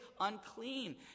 Unclean